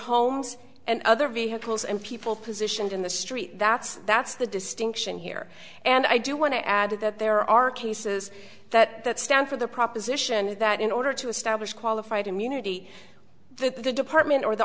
homes and other vehicles and people positioned in the street that's that's the distinction here and i do want to add that there are cases that that stand for the proposition that in order to establish qualified immunity the department or the